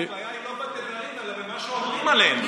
אדוני, הבעיה היא לא בתדרים אלא במה שאומרים בהם.